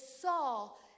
Saul